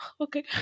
okay